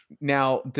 Now